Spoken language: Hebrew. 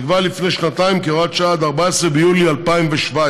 נקבע לפני שנתיים כהוראת שעה עד 14 ביולי 2017,